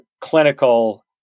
clinical